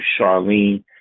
Charlene